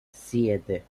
siete